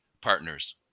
partners